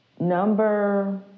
Number